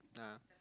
ah